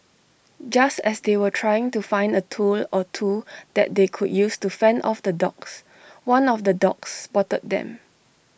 just as they were trying to find A tool or two that they could use to fend off the dogs one of the dogs spotted them